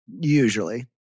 usually